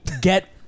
get